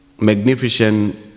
magnificent